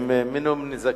עם מינימום נזקים.